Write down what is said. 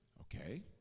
Okay